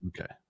Okay